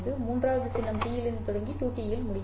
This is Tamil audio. மூன்றாவது சின்னம் T இலிருந்து தொடங்கி 2T இல் முடிகிறது